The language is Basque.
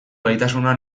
gaitasuna